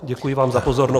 Děkuji vám za pozornost.